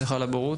סליחה על הבורות.